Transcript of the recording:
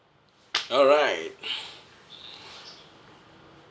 alright